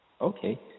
Okay